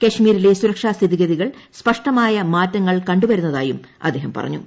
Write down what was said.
കശ്മീരിലെ സുരക്ഷാ സ്ഥിതിഗതികളിൽ സ്പഷ്ടമായ മാറ്റങ്ങൾ കണ്ടുവരുന്നതായും അദ്ദേഹം പറഞ്ഞു